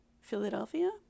Philadelphia